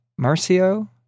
Marcio